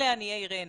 אלה עניי עירנו,